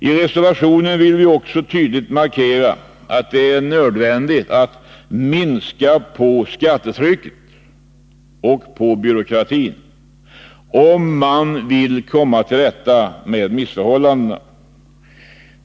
I reservationen vill vi också tydligt markera att det är nödvändigt att minska skattetrycket och byråkratin, om man vill komma till rätta med missförhållandena.